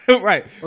Right